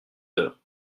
heure